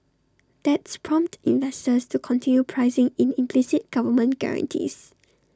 that's prompted investors to continue pricing in implicit government guarantees